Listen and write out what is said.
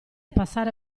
passare